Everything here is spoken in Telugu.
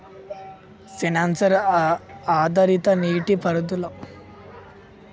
సెన్సార్ ఆధారిత నీటి పారుదల వ్యవస్థ అంటే ఏమిటి?